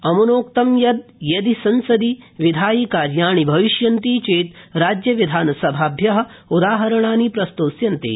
अम्नोक्तं यत् यदि संसदि विधायि कार्याणि भविष्यन्ति चेत् राज्यविधानसभाभ्य उदाहरणानि प्रस्तोष्यन्ते